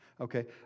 okay